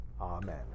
amen